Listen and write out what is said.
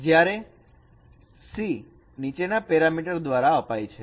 જ્યારે C નીચેના parameter દ્વારા અપાય છે